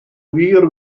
wir